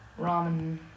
ramen